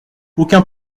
aucun